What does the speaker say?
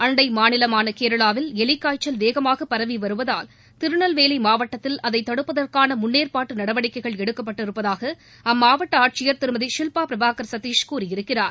அண்டை மாநிலமான கேரளாவில் எலிக்காய்ச்சல் வேகமாக பரவி வருவதால் திருநெல்வேலி மாவட்டத்தில் அதை தடுப்பதற்கான முன்னேற்பாட்டு நடவடிக்ககைகள் எடுக்கப்பட்டிருப்பதாக அம்மாவட்ட ஆட்சியர் திருமதி சில்பா பிரபாகர் சதிஷ் கூறியிருக்கிறார்